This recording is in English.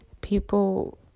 people